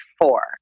four